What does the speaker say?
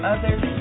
Others